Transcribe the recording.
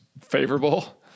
favorable